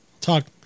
Talk